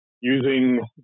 using